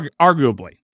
Arguably